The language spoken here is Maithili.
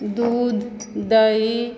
दूध दही